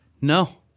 No